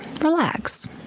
Relax